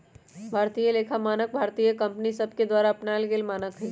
भारतीय लेखा मानक भारतीय कंपनि सभके द्वारा अपनाएल गेल मानक हइ